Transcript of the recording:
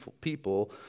people